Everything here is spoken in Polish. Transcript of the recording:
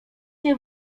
mnie